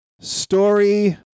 Story